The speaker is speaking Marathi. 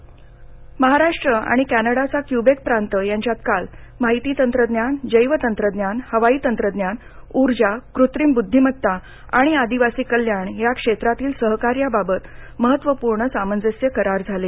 कॅनडा करारः महाराष्ट्र आणि कॅनडाचा क्य्बेक प्रांत यांच्यात काल माहिती तंत्रज्ञान जैवतंत्रज्ञान हवाई तंत्रज्ञान ऊर्जा कृत्रिम बुध्दीमता आणि आदिवासी कल्याण या क्षेत्रातील सहकार्याबाबत महत्वपूर्ण सामंजस्य करार झाले